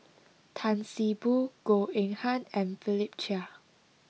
Tan See Boo Goh Eng Han and Philip Chia